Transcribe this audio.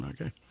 Okay